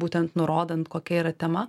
būtent nurodant kokia yra tema